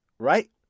right